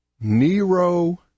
Nero